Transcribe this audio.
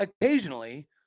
occasionally